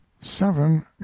seven